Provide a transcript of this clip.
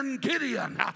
Gideon